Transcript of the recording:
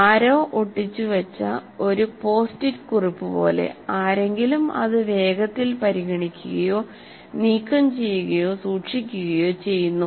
ആരോ ഒട്ടിച്ചു വച്ച ഒരു പോസ്റ്റ് ഇറ്റ് കുറിപ്പ് പോലെ ആരെങ്കിലും അത് വേഗത്തിൽ പരിഗണിക്കുകയോ നീക്കംചെയ്യുകയോ സൂക്ഷിക്കുകയോ ചെയ്യുന്നു